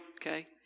Okay